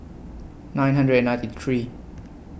nine hundred and ninety three